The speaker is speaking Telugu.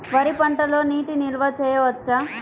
వరి పంటలో నీటి నిల్వ చేయవచ్చా?